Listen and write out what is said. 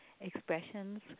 expressions